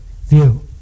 view